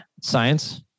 Science